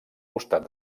costat